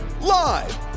Live